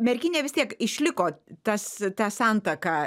merkinė vis tiek išliko tas ta santaka